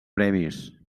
premis